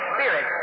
Spirit